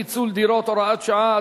פיצול דירות) (הוראת שעה),